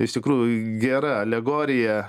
iš tikrųjų gera alegorija